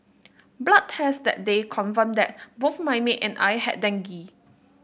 blood tests that day confirmed that both my maid and I had dengue